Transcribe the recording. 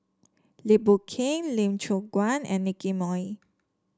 Lim Boon Keng Lee Choon Guan and Nicky Moey